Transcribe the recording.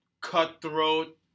cutthroat